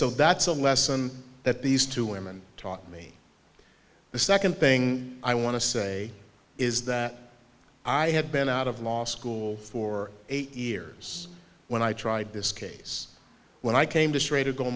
so that's a lesson that these two women taught me the second thing i want to say is that i had been out of law school for eight years when i tried this case when i came to s